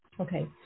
Okay